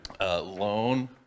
loan